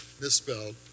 misspelled